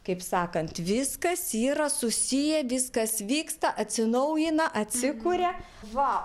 kaip sakant viskas yra susiję viskas vyksta atsinaujina atsikuria va